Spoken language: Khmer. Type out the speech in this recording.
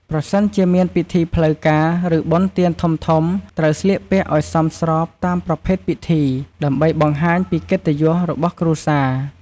ប្រសិនជាមានពិធីផ្លូវការ ឬបុណ្យទានធំៗ ត្រូវស្លៀកពាក់ឲ្យសមស្របតាមប្រភេទពិធី ដើម្បីបង្ហាញពីកិត្តិយសរបស់គ្រួសារ។